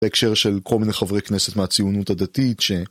בהקשר של כל מיני חברי כנסת מהציונות הדתית